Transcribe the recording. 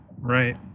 Right